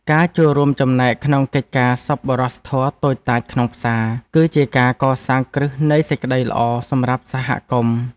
ការចូលរួមចំណែកក្នុងកិច្ចការសប្បុរសធម៌តូចតាចក្នុងផ្សារ គឺជាការកសាងគ្រឹះនៃសេចក្ដីល្អសម្រាប់សហគមន៍។